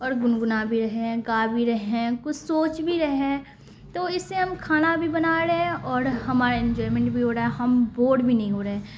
اور گنگنا بھی رہیں گا بھی رہیں کچھ سوچ بھی رہے تو اس سے ہم کھانا بھی بنا رہے ہیں اور ہمارا انجوائمنٹ بھی ہو رہا ہے ہم بور بھی نہیں ہو رہے ہیں